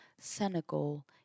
Senegal